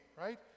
right